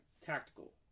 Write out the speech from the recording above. Tactical